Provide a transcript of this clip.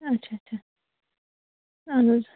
اچھا اچھا اَہَن حظ